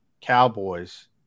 Cowboys